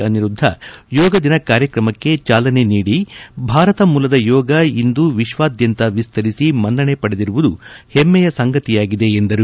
ಅನಿರುದ್ದ ಯೋಗ ದಿನ ಕಾರ್ಯಕ್ರಮಕ್ಕೆ ಚಾಲನೆ ನೀಡಿ ಭಾರತ ಮೂಲದ ಯೋಗ ಇಂದು ವಿಶ್ವಾದ್ಯಂತ ವಿಸ್ತರಿಸಿ ಮನ್ನಣೆ ಪಡೆದಿರುವುದು ಹೆಮ್ಮೆಯ ಸಂಗತಿಯಾಗಿದೆ ಎಂದರು